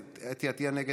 נגד,